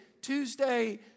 Tuesday